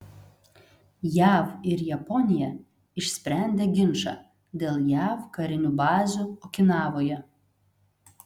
jav ir japonija išsprendė ginčą dėl jav karinių bazių okinavoje